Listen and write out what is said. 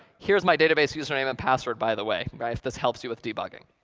here's my database username and password, by the way, if this helps you with debugging.